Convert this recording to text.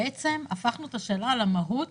בעצם הפכנו את השאלה על המהות